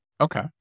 Okay